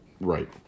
Right